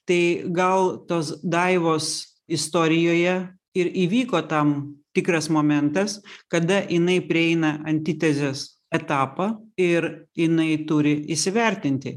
tai gal tos daivos istorijoje ir įvyko tam tikras momentas kada jinai prieina antitezės etapą ir jinai turi įsivertinti